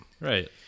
Right